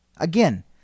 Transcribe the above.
Again